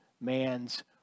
man's